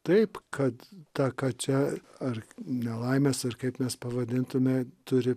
taip kad tą ką čia ar nelaimės ar kaip mes pavadintume turi